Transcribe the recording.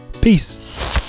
peace